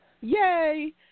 Yay